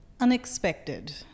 Unexpected